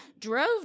drove